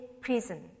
prison